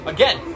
Again